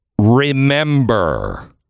remember